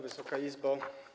Wysoka Izbo!